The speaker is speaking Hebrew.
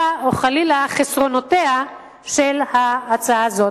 או חלילה חסרונותיה של ההצעה הזאת.